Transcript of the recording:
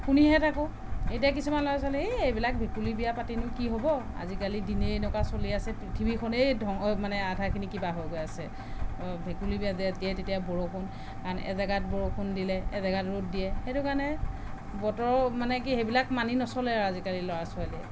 শুনিহে থাকোঁ এতিয়া কিছুমান ল'ৰা ছোৱালীয়ে এই এইবিলাক ভেকুলী বিয়া পাতিনো কি হ'ব আজিকালি দিনেই এনেকুৱা চলি আছে পৃথিৱীখনেই ধ্বংস মানে আধাখিনি কিবা হৈ গৈ আছে ভেকুলী বিয়া যেতিয়াই তেতিয়াই বৰষুণ এজেগাত বৰষুণ দিলে এজেগাত ৰ'দ দিয়ে সেইটো কাৰণে বতৰৰ মানে কি সেইবিলাক মানি নচলে আৰু আজিকালিৰ ল'ৰা ছোৱালীয়ে